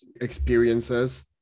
experiences